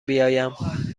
بیایم